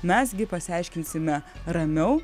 mes gi pasiaiškinsime ramiau